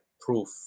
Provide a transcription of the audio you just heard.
proof